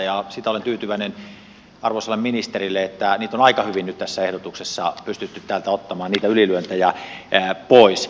siitä olen tyytyväinen arvoisa ministeri että niitä ylilyöntejä on aika hyvin nyt tässä ehdotuksessa pystytty täältä ottamaan pois